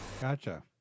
Gotcha